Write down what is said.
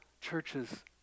churches